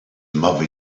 mother